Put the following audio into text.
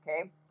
okay